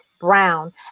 Brown